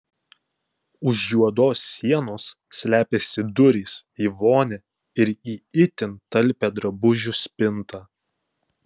už juodos sienos slepiasi durys į vonią ir į itin talpią drabužių spintą